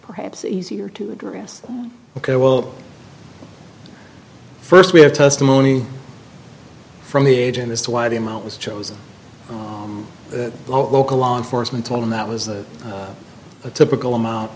perhaps easier to address ok well first we have testimony from the agent as to why the amount was chosen that local law enforcement told him that was that a typical i'm out